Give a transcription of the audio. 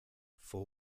for